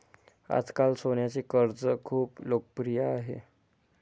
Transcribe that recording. आजकाल सोन्याचे कर्ज खूप लोकप्रिय आहे